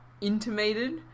intimated